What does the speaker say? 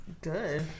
Good